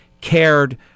cared